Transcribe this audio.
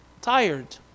tired